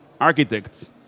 architects